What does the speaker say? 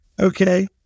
okay